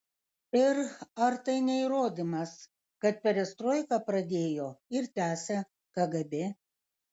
ir ar tai ne įrodymas kad perestroiką pradėjo ir tęsia kgb